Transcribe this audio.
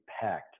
packed